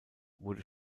wurde